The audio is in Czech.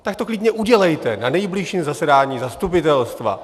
Tak to klidně udělejte na nejbližším zasedání zastupitelstva!